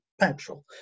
petrol